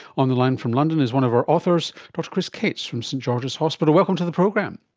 on the line from london is one of our authors, dr chris cates from st george's hospital. welcome to the program.